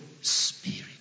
spirit